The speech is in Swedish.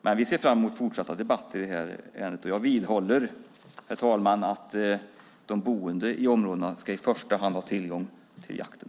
Men vi ser fram mot fortsatta debatter i detta ärende. Jag vidhåller, herr talman, att det är de boende i områdena som i första hand ska ha tillgång till jakten.